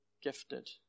gifted